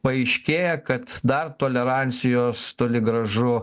paaiškėja kad dar tolerancijos toli gražu